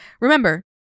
Remember